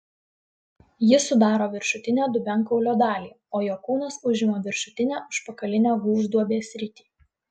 jis sudaro viršutinę dubenkaulio dalį o jo kūnas užima viršutinę užpakalinę gūžduobės sritį